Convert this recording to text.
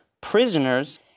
prisoners